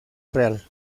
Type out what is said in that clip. real